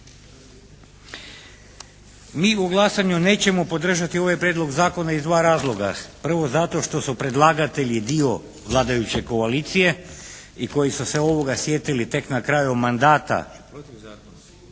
Mi u glasanju nećemo podržati ovaj prijedlog zakona iz dva razloga, prvo zato što su predlagatelji dio vladajuće koalicije i koji su se ovoga sjetili tek na kraju mandata